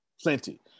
plenty